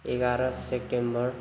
एघाह्र सेप्टेम्बर